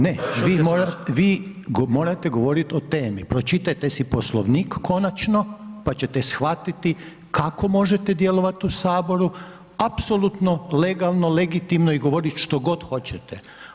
Ne, vi morate govoriti o temi, pročitajte si Poslovnik konačno pa ćete shvatiti kako možete djelovati u Saboru, apsolutno legalno, legitimno i govoriti što god hoćete.